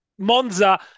Monza